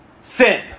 Sin